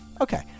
okay